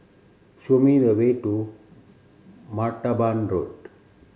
show me the way to Martaban Road